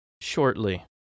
shortly